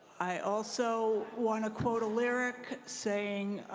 i also want to quote a lyric saying